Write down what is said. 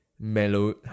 mellow